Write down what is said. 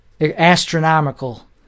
astronomical